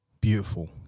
beautiful